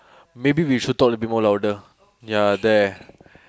maybe we should talk a little bit more louder ya there